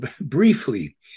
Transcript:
briefly